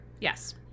Yes